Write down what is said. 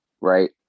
right